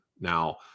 Now